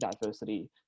diversity